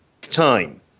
time